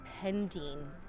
pending